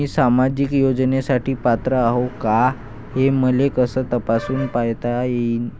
मी सामाजिक योजनेसाठी पात्र आहो का, हे मले कस तपासून पायता येईन?